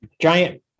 giant